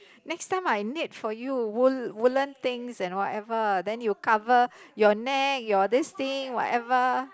next time I knit for you wool~ woolen things and whatever then you cover your neck your this thing whatever